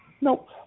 Nope